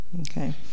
Okay